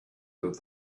that